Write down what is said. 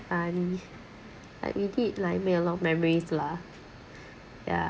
funny ya we did like make a lot of memories lah ya